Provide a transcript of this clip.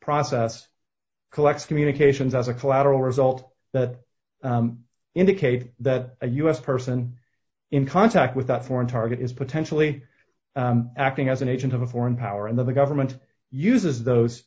process collects communications as a collateral result that indicate that a u s person in contact with a foreign target is potentially acting as an agent of a foreign power and that the government uses those